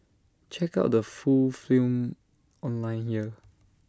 check out the full film online here